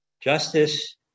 justice